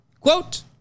Quote